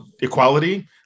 equality